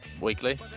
weekly